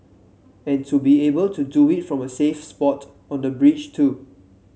and to be able to do it from a safe spot on the bridge too